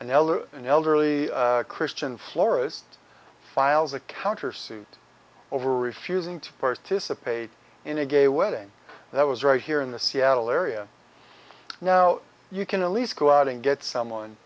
or an elderly christian florist files a countersuit over refusing to participate in a gay wedding that was right here in the seattle area now you can at least go out and get someone